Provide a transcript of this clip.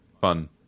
fun